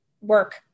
work